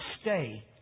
stay